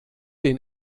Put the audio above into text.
den